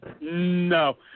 No